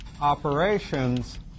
operations